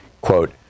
Quote